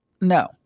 No